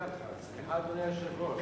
היושב-ראש.